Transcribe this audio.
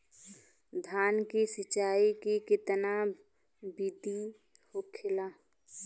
धान की सिंचाई की कितना बिदी होखेला?